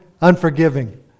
unforgiving